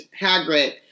Hagrid